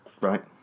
Right